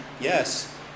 Yes